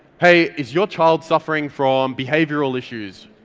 hey is your child suffering from behavioural issues,